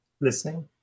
Listening